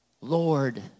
Lord